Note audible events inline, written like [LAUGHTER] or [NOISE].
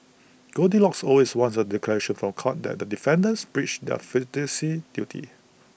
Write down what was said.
goldilocks always wants A declaration from court that the defendants breached their [UNINTELLIGIBLE] duties